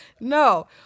No